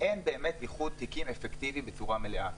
אין באמת איחוד תיקים אפקטיבי ומלא.